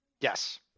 Yes